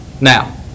now